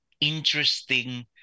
interesting